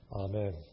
Amen